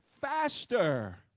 faster